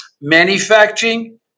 Manufacturing